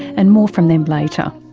and more from them later.